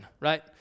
Right